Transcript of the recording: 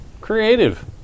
creative